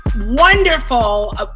wonderful